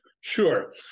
Sure